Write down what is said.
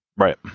Right